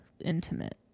intimate